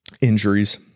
Injuries